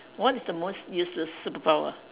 what is the most useless superpower